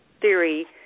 theory